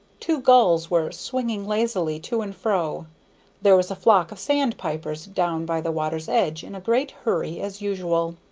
two gulls were swinging lazily to and fro there was a flock of sand-pipers down by the water's edge, in a great hurry, as usual.